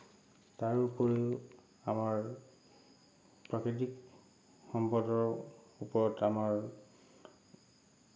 তাৰ উপৰিও আমাৰ প্ৰাকৃতিক সম্পদৰ ওপৰত আমাৰ